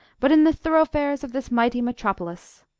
but in the thoroughfares of this mighty metropolis.